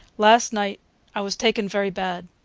last night i was taken verry bad.